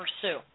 pursue